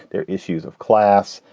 they're issues of class.